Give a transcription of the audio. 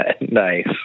Nice